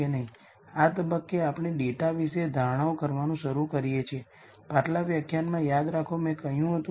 તેથી અમે eigenvalues eigenvector સમીકરણ પર પાછા જઈએ Av λν છે